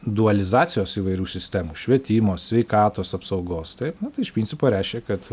dualizacijos įvairių sistemų švietimo sveikatos apsaugos taip iš principo reiškia kad